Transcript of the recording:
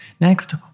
Next